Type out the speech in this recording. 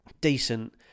decent